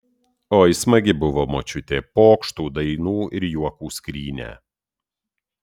oi smagi buvo močiutė pokštų dainų ir juokų skrynia